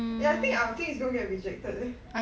eh I think our thing is going to get rejected eh